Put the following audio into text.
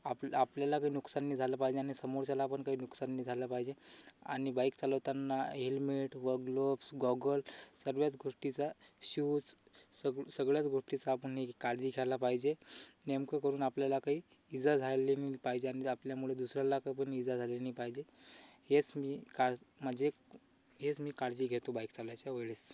आपलं आपल्याला काही नुकसान नाही झालं पाहिजे आणि समोरच्यालापण काही नुकसान नाही झालं पाहिजे आणि बाईक चालवताना हेल्मेट व ग्लोब्स गॉगल सगळ्याच गोष्टीचा शूज सग सगळ्याच गोष्टीचा आपण नीट काळजी घ्यायला पाहिजे नेमकं करून आपल्याला काही इजा झाली नाही पाहिजे आणि आपल्यामुळे दुसऱ्याला काही पण इजा झाली नाही पाहिजे हेच मी काल म्हणजे हेच मी काळजी घेतो बाईक चालवायच्या वेळेस